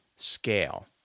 scale